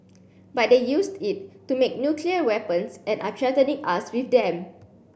but they used it to make nuclear weapons and are threatening us with them